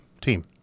team